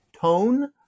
tone